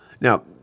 Now